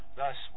thus